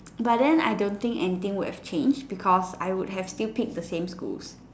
but then I don't think anything would have changed because I would have still picked the same schools